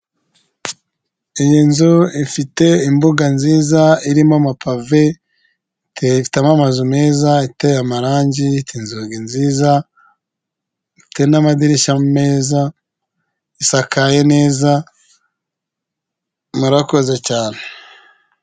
Iyi nzu ifite imbuga nziza irimo amapave, ifitemo amazu meza, iteye amarangi, ifite inzugi nziza n'amadirishya meza, isakaye neza, murakoze cyane!